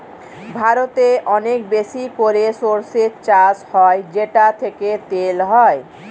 ভারতে অনেক বেশি করে সরষে চাষ হয় যেটা থেকে তেল হয়